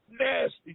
nasty